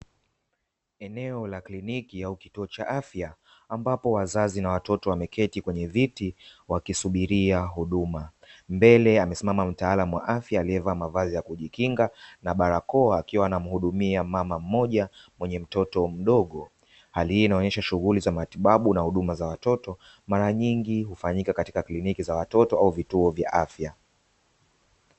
Eneo la kliniki au, cha afya ambapo wazazi na watoto wameketi kwenye viti ,wakisubiria huduma mbele amesimama mtaalam wa afya aliyevaa mavazi ya kujikinga na barakoa akiwa anamhudumia mama mmoja mwenye mtoto mdogo ,hali hii inaonyesha shughuli za matibabu na huduma za watoto mara nyingi hufanyika katika kliniki za watoto au vituo vya afya.